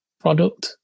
product